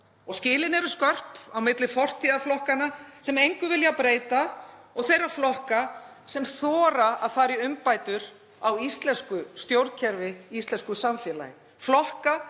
Og skilin eru skörp á milli fortíðarflokkanna sem engu vilja breyta og þeirra flokka sem þora að fara í umbætur á íslensku stjórnkerfi, íslensku samfélagi,